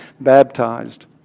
Baptized